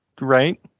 right